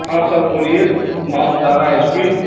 ہاں سر بولیے مابچارا ایچ پی